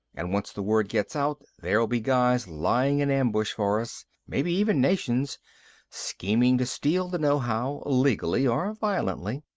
and once the word gets out, there'll be guys lying in ambush for us maybe even nations scheming to steal the know-how, legally or violently.